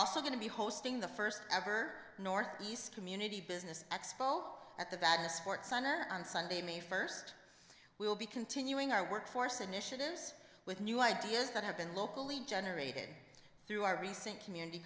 also going to be hosting the first ever north east community business expo at the bad sports on sunday may first we will be continuing our workforce initiatives with new ideas that have been locally generated through our recent community